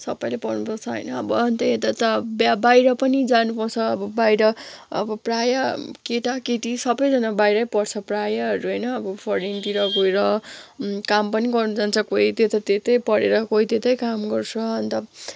सबैले पढ्नु पाउँछ होइन अब त्यही यता त बाहिर पनि जानु पाउँछ अब बाहिर अब प्रायः केटा केटी सबैजना बाहिरै पढ्छ प्रायःहरू होइन अब फरेनतिर गएर काम पनि गर्नु जान्छ कोही त्यता त्यतै पढेर कोही त्यतै काम गर्छ अन्त